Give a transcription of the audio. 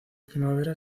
primavera